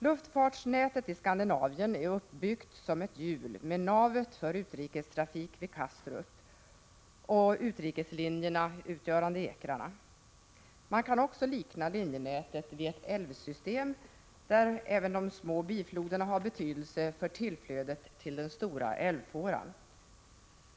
Luftfartsnätet i Skandinavien är uppbyggt som ett hjul med navet för utrikestrafik vid Kastrup och med utrikeslinjerna som ekrarna. Man kan också likna linjenätet vid ett älvsystem, där även de små bifloderna har betydelse för tillflödet till den stora älvfåran.